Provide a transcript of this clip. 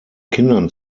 kindern